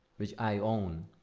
which i own,